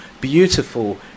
beautiful